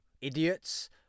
idiots